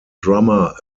drummer